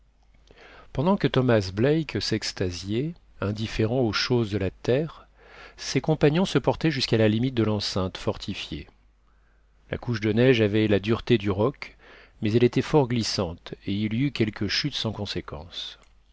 pendant que thomas black s'extasiait indifférent aux choses de la terre ses compagnons se portaient jusqu'à la limite de l'enceinte fortifiée la couche de neige avait la dureté du roc mais elle était fort glissante et il y eut quelques chutes sans conséquences